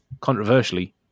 Controversially